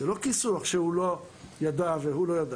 זה לא כיסוח שהוא לא ידע והוא לא ידע.